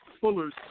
fuller's